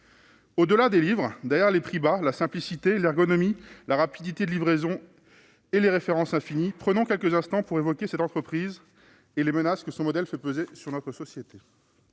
Au-delà des livres, derrière les prix bas, la simplicité, l'ergonomie, la rapidité de livraison et les références infinies, prenons quelques instants pour évoquer cette entreprise et les menaces que son modèle fait peser sur notre société.